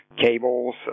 cables